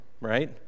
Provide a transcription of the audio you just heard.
right